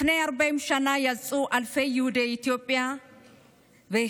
לפני 40 שנה יצאו אלפי יהודי אתיופיה והתחילו